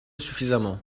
suffisamment